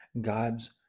god's